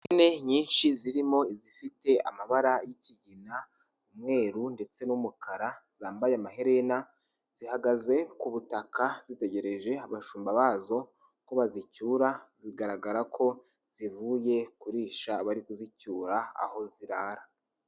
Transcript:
Ihene nyinshi zirimo izifite amabara y'ikigina, umweru, ndetse n'umukara zambaye amaherena, zihagaze ku butaka zitegereje abashumba bazo ko bazicyura, bigaragara ko zivuye kurisha bari kuzicyura aho zirara.